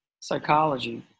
psychology